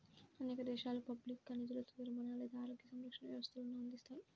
అనేక దేశాలు పబ్లిక్గా నిధులతో విరమణ లేదా ఆరోగ్య సంరక్షణ వ్యవస్థలను అందిస్తాయి